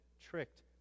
tricked